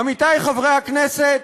עמיתי חברי הכנסת,